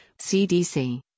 CDC